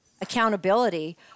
accountability